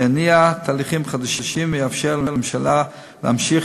יניע תהליכים חדשים ויאפשר לממשלה להמשיך